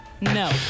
No